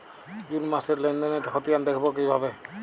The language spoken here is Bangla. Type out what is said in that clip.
জুন মাসের লেনদেনের খতিয়ান দেখবো কিভাবে?